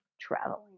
traveling